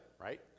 right